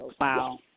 Wow